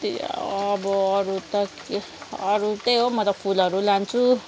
अब अरू त के अरू त्यही हो म त फुलहरू लान्छु